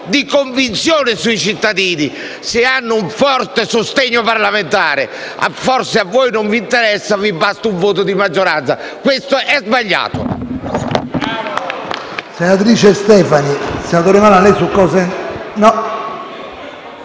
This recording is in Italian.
e convinzione sui cittadini se hanno un forte sostegno parlamentare. Forse a voi non interessa e vi basta un voto di maggioranza. Questo è sbagliato.